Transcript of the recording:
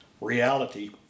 reality